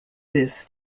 this